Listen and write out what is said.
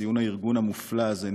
לציון הארגון המופלא הזה,